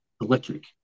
electric